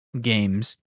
games